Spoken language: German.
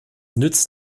nützt